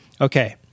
okay